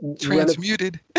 Transmuted